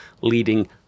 leading